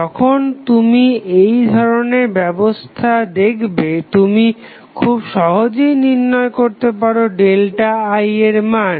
যখন তুমি এইধরনের ব্যবস্থা দেখবে তুমি খুব সহজেই নির্ণয় করতে পারো ΔI এর মান